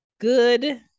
good